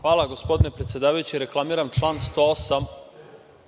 Hvala. Gospodine predsedavajući, reklamiram član 108.